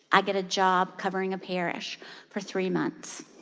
i get a job covering a parish for three months.